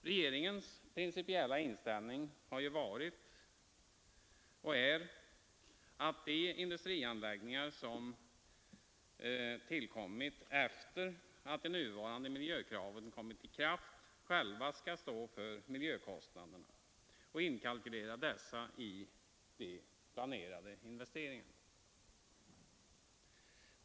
Regeringens principiella inställning har varit och är, att de industrier, vilkas anläggningar tillkommit efter det att de nuvarande miljökraven trätt i kraft, själva skall stå för miljökostnaderna; dessa skall inkalkyleras då investeringarna planeras.